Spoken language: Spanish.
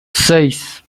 seis